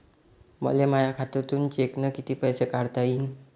मले माया खात्यातून चेकनं कितीक पैसे काढता येईन?